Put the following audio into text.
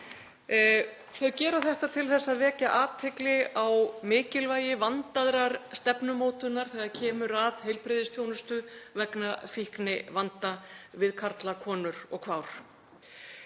Þau gera þetta til að vekja athygli á mikilvægi vandaðrar stefnumótunar þegar kemur að heilbrigðisþjónustu vegna fíknivanda við karla, konur og kvár.